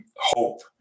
hope